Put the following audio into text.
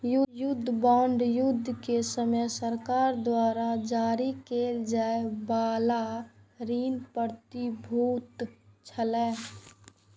युद्ध बांड युद्ध के समय सरकार द्वारा जारी कैल जाइ बला ऋण प्रतिभूति छियै